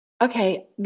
Okay